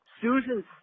Susan